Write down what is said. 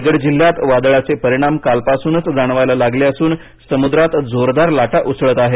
रायगड जिल्ह्यात वादळाचे परिणाम कालपासूनच जाणवायला लागले असून समुद्रात जोरदार लाटा उसळत आहेत